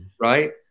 Right